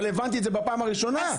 אבל הבנתי את זה בפעם הראשונה.